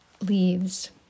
leaves